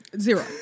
zero